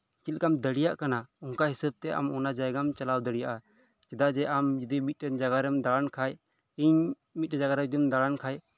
ᱪᱮᱫ ᱞᱮᱠᱟᱢ ᱫᱟᱲᱮᱹᱭᱟᱜ ᱠᱟᱱᱟ ᱚᱱᱠᱟ ᱦᱤᱥᱟᱹᱵᱽᱛᱮ ᱚᱱᱟ ᱡᱟᱭᱜᱟᱢ ᱪᱟᱞᱟᱣ ᱫᱟᱲᱮᱹᱭᱟᱜᱼᱟ ᱪᱮᱫᱟᱜ ᱡᱮ ᱟᱢ ᱡᱚᱫᱤ ᱢᱤᱫ ᱴᱟᱱ ᱡᱟᱭᱜᱟᱨᱮ ᱫᱟᱲᱟᱱ ᱠᱷᱟᱱ ᱤᱧ ᱢᱤᱫ ᱴᱟᱱ ᱡᱟᱭᱜᱟ ᱨᱮ ᱡᱚᱫᱤᱢ ᱫᱟᱲᱟᱱ ᱠᱷᱟᱱ